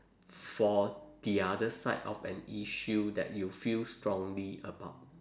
for the other side of an issue that you feel strongly about